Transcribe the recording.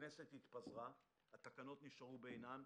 הכנסת התפזרה והתקנות נשארו בעינן.